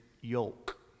yoke